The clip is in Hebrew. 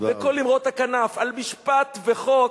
וכל אמרות הכנף על משפט וחוק,